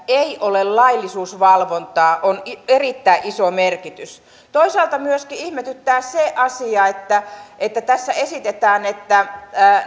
ei ole laillisuusvalvontaa on erittäin iso merkitys toisaalta myöskin ihmetyttää se asia että että tässä esitetään että